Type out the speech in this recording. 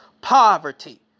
poverty